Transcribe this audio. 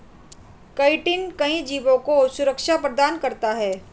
chitin कई जीवों को सुरक्षा प्रदान करता है